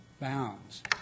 bounds